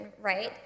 right